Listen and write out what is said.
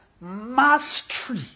mastery